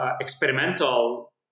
experimental